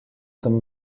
them